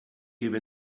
give